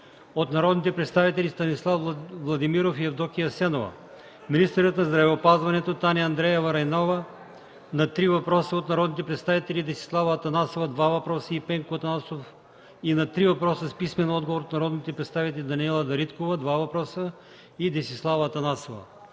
от народните представители Станислав Владимиров и Евдокия Асенова; - министърът на здравеопазването Таня Андреева-Райнова на 3 въпроса от народните представители Десислава Атанасова – 2 въпроса, и Пенко Атанасов и на 3 въпроса с писмен отговор от народните представители Даниела Дариткова – 2 въпроса, и Десислава Атанасова.